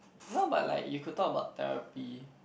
no but like you could talk about therapy